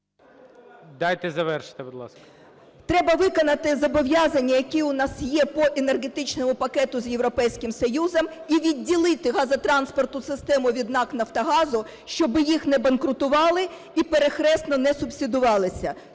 Дайте завершити, будь ласка,